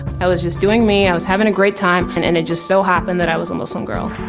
i was just doing me, i was having a great time, and and it just so happened that i was a muslim girl.